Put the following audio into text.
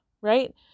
right